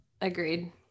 agreed